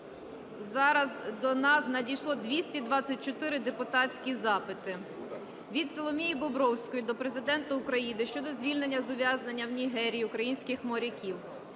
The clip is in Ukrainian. Зараз до нас надійшло 224 депутатські запити. Від Соломії Бобровської до Президента України щодо звільнення з ув'язнення в Нігерії українських моряків.